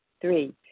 Three